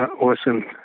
awesome